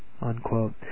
unquote